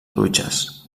dutxes